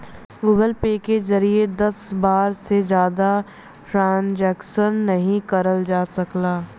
Google Pay के जरिए दस बार से जादा ट्रांजैक्शन नाहीं करल जा सकला